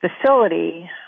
facility